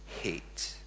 hate